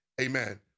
amen